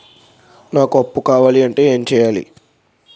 నాకు అప్పు కావాలి అంటే ఎం చేయాలి?